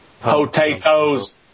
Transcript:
Potatoes